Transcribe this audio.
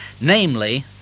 namely